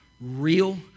real